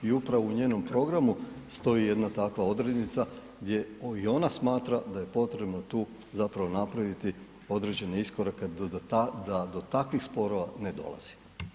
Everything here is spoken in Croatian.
I upravo u njenom programu stoji jedna takva odrednica gdje i ona smatra da je potrebno tu zapravo napraviti određene iskorake da do takvih sporova ne dolazi.